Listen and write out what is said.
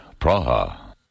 Praha. (